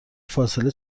فاصله